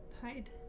hide